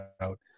out